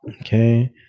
Okay